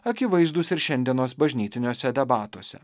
akivaizdūs ir šiandienos bažnytiniuose debatuose